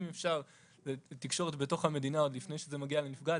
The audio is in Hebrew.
אם אפשר תקשורת בתוך המדינה עוד לפני שזה מגיע לנפגעת,